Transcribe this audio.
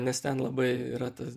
nes ten labai yra tas